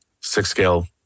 six-scale